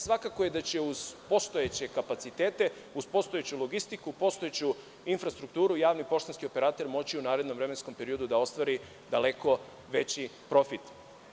Svakako je da će uz postojeće kapacitete, uz postojeću logistiku, postojeću infrastrukturu javni poštanski operatere moći u narednom vremenskom periodu da ostvari daleko veći profit.